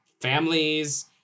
families